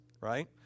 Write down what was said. right